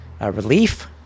relief